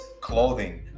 clothing